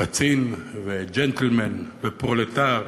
קצין, וג'נטלמן, ופרולטר,